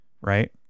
right